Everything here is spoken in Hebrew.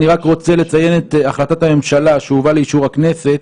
אני רק רוצה לציין את החלטת הממשלה שהובאה לאישור הכנסת